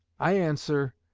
i answer,